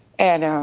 and